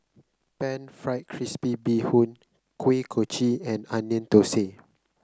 pan fried crispy Bee Hoon Kuih Kochi and Onion Thosai